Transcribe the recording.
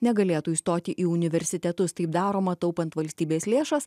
negalėtų įstoti į universitetus taip daroma taupant valstybės lėšas